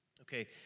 Okay